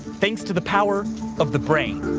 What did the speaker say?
thanks to the power of the brain.